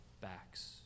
backs